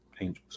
angels